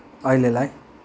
अहिलेलाई